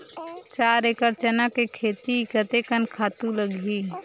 चार एकड़ चना के खेती कतेकन खातु लगही?